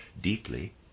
deeply